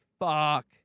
Fuck